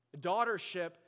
Daughtership